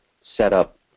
setup